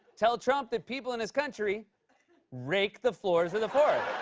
tell trump that people in his country rake the floors of the forest.